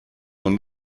man